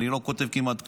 אני לא כותב כמעט כלום.